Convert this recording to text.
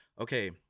Okay